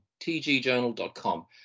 tgjournal.com